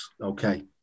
okay